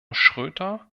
schroedter